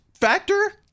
factor